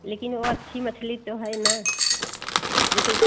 लेकिन वह अच्छी मछली तो है ना जैसे